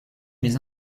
mes